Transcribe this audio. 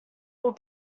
will